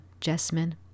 Jasmine